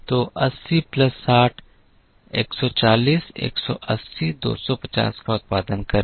तो 80 प्लस 60 140 180 250 का उत्पादन करें